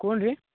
कोण रे